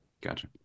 Gotcha